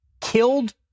killed